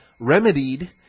remedied